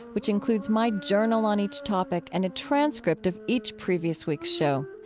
which includes my journal on each topic and a transcript of each previous week's show.